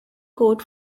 court